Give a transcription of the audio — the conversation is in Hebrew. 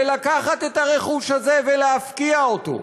ולקחת את הרכוש הזה ולהפקיע אותו,